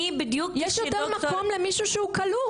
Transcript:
יש יותר מקום למישהו שהוא כלוא.